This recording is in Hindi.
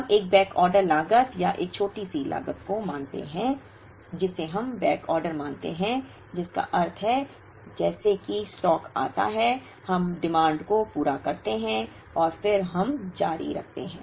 हम एक बैकऑर्डर लागत या एक छोटी सी लागत को मानते हैं जिसे हम बैकऑर्डर मानते हैं जिसका अर्थ है जैसे ही स्टॉक आता है हम मांग को पूरा करते हैं और फिर हम जारी रखते हैं